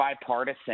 bipartisan